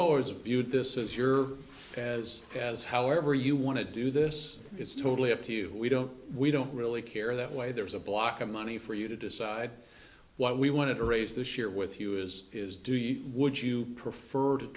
always viewed this as your as as however you want to do this is totally up to you we don't we don't really care that way there's a block of money for you to decide what we want to raise this year with you is is do you would you prefer to